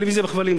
טלוויזיה בכבלים,